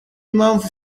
impamvu